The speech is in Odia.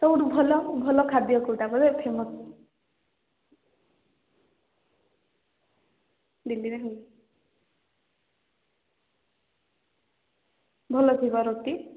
ଭଲ ଭଲ ଖାଦ୍ୟ କେଉଁଟା ଭଲ ଫେମସ୍ ଦିଲ୍ଲୀରେ ଭଲ ଥିବ ରୁଟି